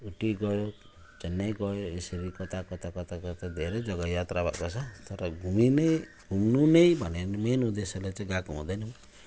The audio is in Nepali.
उटी गयो चेन्नई गयो यसरी कता कता कता कता धेरै जग्गा यात्रा भएको छ तर घुमिनै घुम्नु नै भन्ने मेन उद्देश्यले चाहिँ गएको हुँदैनौँ